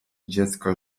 dziecko